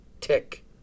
Tick